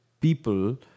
people